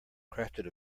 crafted